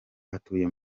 atuye